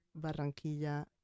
barranquilla